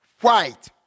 white